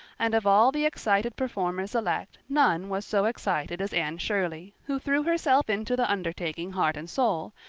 and of all the excited performers-elect none was so excited as anne shirley, who threw herself into the undertaking heart and soul,